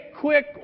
quick